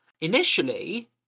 initially